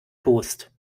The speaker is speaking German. toast